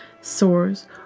sores